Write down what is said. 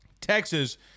Texas